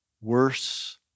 worse